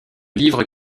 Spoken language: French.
livre